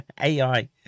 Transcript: AI